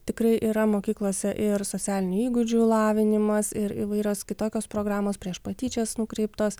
tikrai yra mokyklose ir socialinių įgūdžių lavinimas ir įvairios kitokios programos prieš patyčias nukreiptos